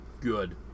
good